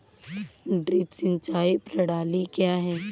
Drip सिंचाई प्रणाली क्या है?